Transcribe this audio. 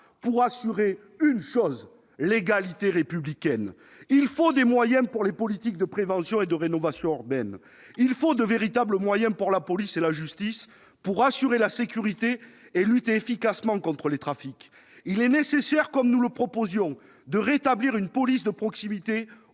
pour assurer une chose : l'égalité républicaine. Il faut des moyens pour les politiques de prévention et de rénovation urbaine ! Il faut de véritables moyens pour la police et la justice, afin d'assurer la sécurité et de lutter efficacement contre les trafics ! Il est nécessaire de rétablir, comme nous le proposions, une police de proximité